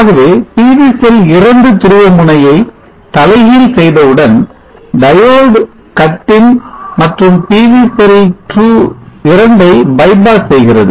ஆகவே PV செல் 2 துருவ முனையை தலைகீழ் செய்தவுடன் diode cuts in மற்றும் PV செல் 2 ஐ bypass செய்கிறது